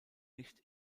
nicht